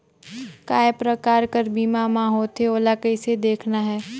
काय प्रकार कर बीमा मा होथे? ओला कइसे देखना है?